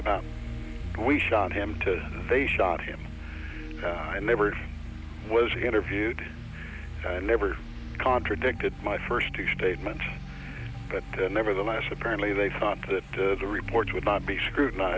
about we shot him to they shot him i never was interviewed and never contradicted my first two statements but nevertheless apparently they thought that the reports would not be scrutinized